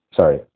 sorry